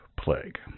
plague